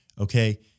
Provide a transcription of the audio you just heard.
Okay